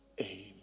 amen